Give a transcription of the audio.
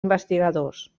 investigadors